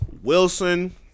Wilson